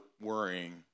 worrying